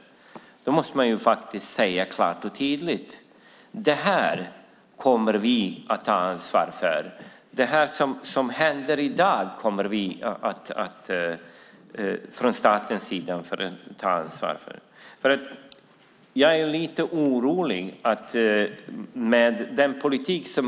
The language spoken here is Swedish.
Här måste ni säga klart och tydligt vad staten kommer att ta ansvar för och om staten kommer att ta ansvar för det som nu hänt.